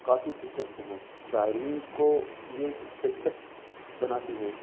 کافی دلچسپ ہیں زائرین کو یہ دلچسپ بناتی ہیں